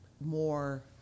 more